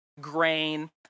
grain